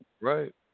Right